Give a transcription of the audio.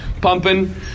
pumping